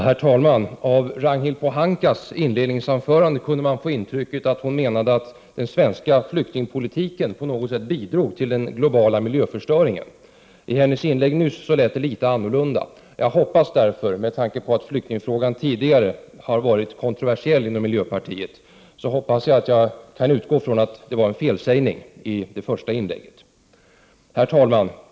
Herr talman! Av Ragnhild Pohankas inledningsanförande kan man få intrycket att hon menade att den svenska flyktingpolitiken på något sätt bidragit till den globala miljöförstöringen. I hennes senaste inlägg lät det litet annorlunda. Med tanke på att flyktingfrågan tidigare varit kontroversiell inom miljöpartiet hoppas jag att jag kan utgå från att det var en felsägning i det första inlägget. Herr talman!